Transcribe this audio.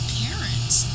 parents